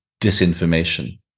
disinformation